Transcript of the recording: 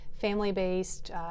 family-based